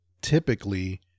typically